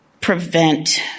prevent